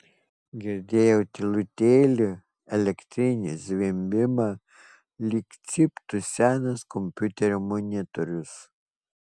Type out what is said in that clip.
girdėjau tylutėlį elektrinį zvimbimą lyg cyptų senas kompiuterio monitorius